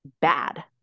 bad